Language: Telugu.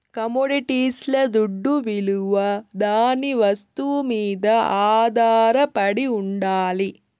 కమొడిటీస్ల దుడ్డవిలువ దాని వస్తువు మీద ఆధారపడి ఉండాలి